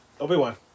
Obi-Wan